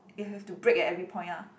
you have to brake at every point ah